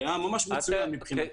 היה ממש מצוין מבחינתי,